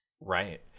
right